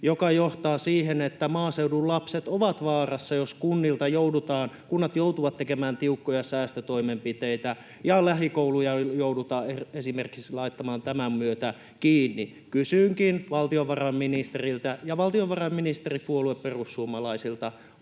joka johtaa siihen, että maaseudun lapset ovat vaarassa, jos kunnat joutuvat tekemään tiukkoja säästötoimenpiteitä ja esimerkiksi lähikouluja joudutaan tämän myötä laittamaan kiinni? Kysynkin valtiovarainministeriltä ja valtiovarainministeripuolue perussuomalaisilta: